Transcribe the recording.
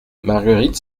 marguerite